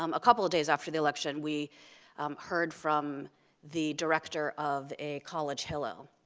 um a couple of days after the election, we heard from the director of a college hillel,